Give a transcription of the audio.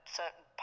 certain